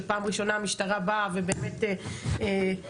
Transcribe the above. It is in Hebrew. שפעם ראשונה המשטרה באה ובאמת מראה